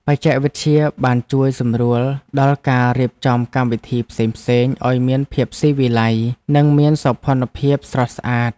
បច្ចេកវិទ្យាបានជួយសម្រួលដល់ការរៀបចំកម្មវិធីផ្សេងៗឱ្យមានភាពស៊ីវិល័យ និងមានសោភ័ណភាពស្រស់ស្អាត។